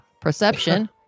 perception